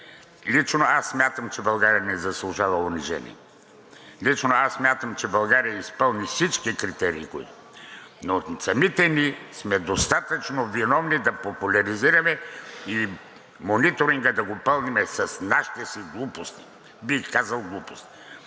Лично аз смятам, че България не заслужава унижение. Лично аз смятам, че България изпълни всички критерии, но самите ние сме достатъчно виновни да популяризираме и мониторинга да го пълним с нашите си глупости – бих казал, глупост.